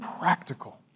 practical